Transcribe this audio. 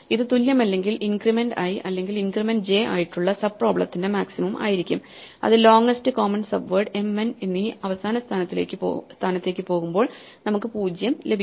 ഇത് തുല്യമല്ലെങ്കിൽ increment I അല്ലെങ്കിൽ ഇൻക്രിമെൻറ് ജെ ആയിട്ടുള്ള സബ് പ്രോബ്ലെത്തിന്റെ മാക്സിമം ആയിരിക്കും അത് ലോങ്ങ്സ്റ്റ് കോമൺ സബ്വേഡ് mn എന്നീ അവസാന സ്ഥാനത്തേക്ക് പോകുമ്പോൾ നമുക്ക് 0 ലഭിക്കുന്നു